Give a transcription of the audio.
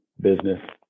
business